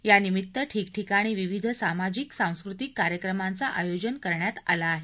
यानिमित्त ठिकठिकाणी विविध सामाजिक सांस्कृतिक कार्यक्रमांचं आयोजन करण्यात आलं आहे